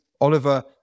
Oliver